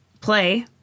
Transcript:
play